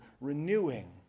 renewing